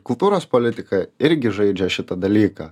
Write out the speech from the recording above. kultūros politika irgi žaidžia šitą dalyką